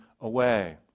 away